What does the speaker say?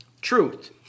Truth